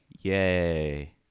yay